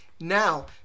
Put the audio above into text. Now